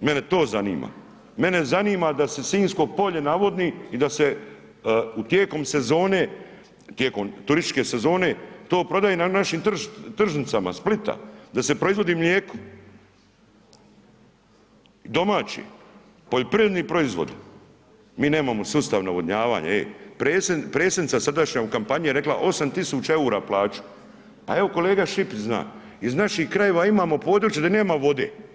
mene to zanima, mene zanima da se sinjsko polje navodni i da se u tijekom sezone, tijekom turističke sezone to prodaje na našim tržnicama Splita, da se proizvodi mljeko, domaće, poljoprivredni proizvodi, mi nemamo sustav navodnjavanja, e, predsjednica srdačno je u kampanji rekla 8.000,00 EUR-a plaću, pa evo kolega Šipić zna, iz naših krajeva imamo područje da nemam vode.